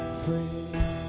free